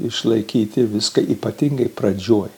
išlaikyti viską ypatingai pradžioj